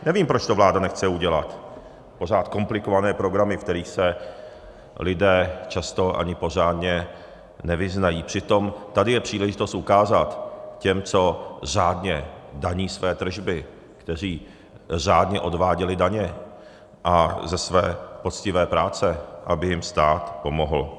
Nevím, proč to vláda nechce udělat, pořád komplikované programy, v kterých se lidé často ani pořádně nevyznají, přitom tady je příležitost ukázat těm, co řádně daní své tržby, kteří řádně odváděli daně ze své poctivé práce, aby jim stát pomohl.